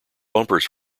bumpers